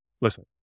listen